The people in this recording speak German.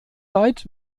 weit